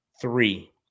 Three